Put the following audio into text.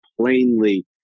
plainly